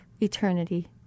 eternity